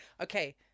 Okay